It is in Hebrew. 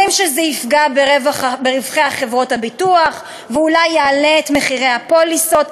אומרים שזה יפגע ברווחי חברות הביטוח ואולי יעלה את מחירי הפוליסות.